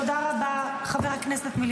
תודה רבה, חבר הכנסת מלביצקי.